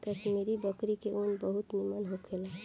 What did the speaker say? कश्मीरी बकरी के ऊन बहुत निमन होखेला